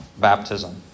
baptism